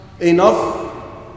enough